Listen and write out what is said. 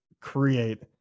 create